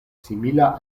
simila